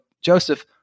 Joseph